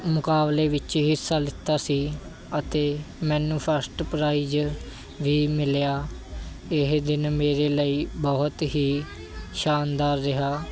ਮੁਕਾਬਲੇ ਵਿੱਚ ਹਿੱਸਾ ਲਿੱਤਾ ਸੀ ਅਤੇ ਮੈਨੂੰ ਫਸਟ ਪ੍ਰਾਈਜ ਵੀ ਮਿਲਿਆ ਇਹ ਦਿਨ ਮੇਰੇ ਲਈ ਬਹੁਤ ਹੀ ਸ਼ਾਨਦਾਰ ਰਿਹਾ